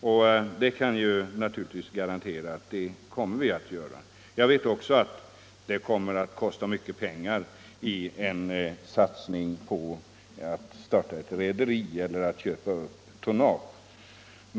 Jag kan garantera att vi kommer att göra det. Det kommer att kosta mycket pengar att starta ett rederi eller att köpa upp tonnage.